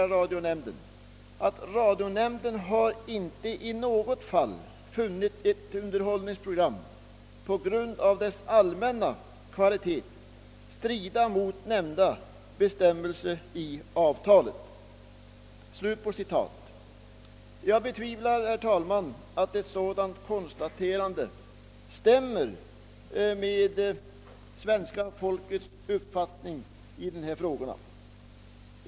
Radionämnden har inte i något fall funnit ett underhållningsprogram på grund av dess allmänna kvalitet strida mot nämnda bestämmelse i avtalet.» Jag betvivlar, herr talman, att ett sådant konstaterande stämmer med svenska folkets uppfattning i dessa frågor.